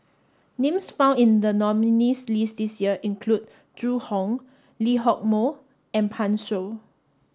names found in the nominees' list this year include Zhu Hong Lee Hock Moh and Pan Shou